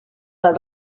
del